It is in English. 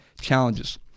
challenges